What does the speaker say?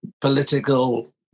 political